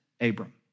Abram